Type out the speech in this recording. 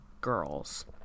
Girls